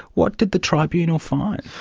what did the tribunal find?